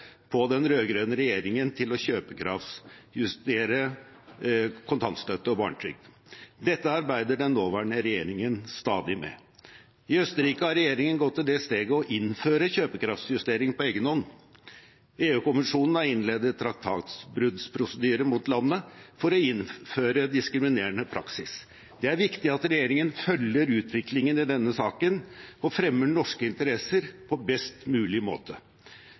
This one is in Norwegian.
den rød-grønne regjeringen til å kjøpekraftsjustere kontantstøtte og barnetrygd. Dette arbeider den nåværende regjeringen stadig med. I Østerrike har regjeringen gått til det steget å innføre kjøpekraftsjustering på egen hånd. EU-kommisjonen har innledet traktatbruddsprosedyre mot landet for å innføre diskriminerende praksis. Det er viktig at regjeringen følger utviklingen i denne saken og fremmer norske interesser på best mulig måte.